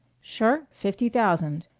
sure. fifty thousand.